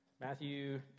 Matthew